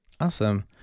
Awesome